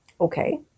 Okay